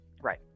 right